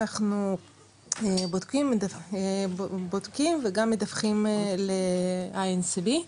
אנחנו בודקים וגם מדווחים ל-INCB .